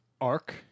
arc